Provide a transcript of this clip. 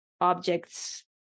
objects